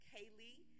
Kaylee